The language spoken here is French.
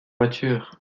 voiture